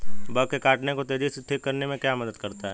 Bug के काटने को तेजी से ठीक करने में क्या मदद करता है?